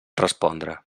respondre